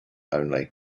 only